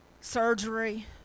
Surgery